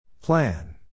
Plan